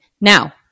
Now